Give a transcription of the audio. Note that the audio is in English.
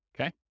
Okay